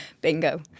Bingo